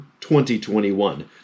2021